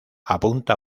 apunta